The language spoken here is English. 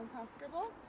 uncomfortable